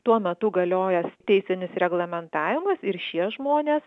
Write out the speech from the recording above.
tuo metu galiojąs teisinis reglamentavimas ir šie žmonės